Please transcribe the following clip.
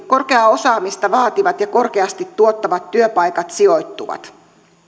korkeaa osaamista vaativat ja korkeasti tuottavat työpaikat sijoittuvat